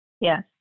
Yes